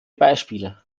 beispiele